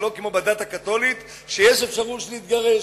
שלא כמו בדת הקתולית, יש אפשרות להתגרש,